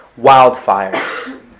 wildfires